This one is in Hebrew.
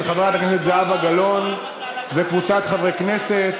של חברת הכנסת זהבה גלאון וקבוצת חברי הכנסת.